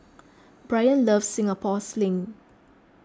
Brian loves Singapore Sling